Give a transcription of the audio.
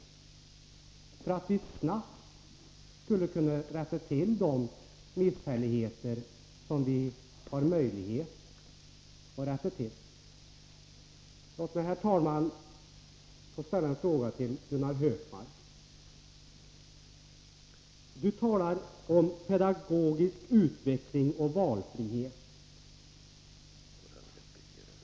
Därigenom skulle vi snabbt kunna rätta till de missförhållanden som vi har möjlighet att rätta till. Låt mig, herr talman, få ställa en fråga till Gunnar Hökmark. Gunnar Hökmark talade om pedagogisk utveckling och valfrihet.